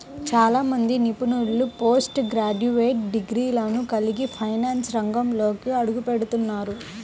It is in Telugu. చాలా మంది నిపుణులు పోస్ట్ గ్రాడ్యుయేట్ డిగ్రీలను కలిగి ఫైనాన్స్ రంగంలోకి అడుగుపెడుతున్నారు